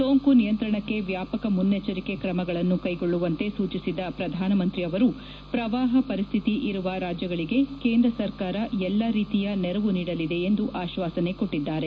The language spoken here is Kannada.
ಸೋಂಕು ನಿಯಂತ್ರಣಕ್ಕೆ ವ್ಯಾಪಕ ಮುನ್ನೆಚ್ಚರಿಕೆ ಕ್ರಮಗಳನ್ನು ಕೈಗೊಳ್ಳುವಂತೆ ಸೂಚಿಸಿದ ಪ್ರಧಾನಮಂತ್ರಿ ಅವರು ಪ್ರವಾಹ ಪರಿಸ್ಥಿತಿ ಇರುವ ರಾಜ್ಯಗಳಿಗೆ ಕೇಂದ್ರ ಸರ್ಕಾರ ಎಲ್ಲಾ ರೀತಿಯ ನೆರವು ನೀಡಲಿದೆ ಎಂದು ಆಶ್ವಾಸನೆ ಕೊಟ್ಟಿದ್ದಾರೆ